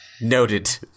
Noted